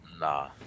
Nah